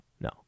no